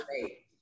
great